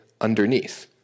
underneath